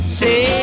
say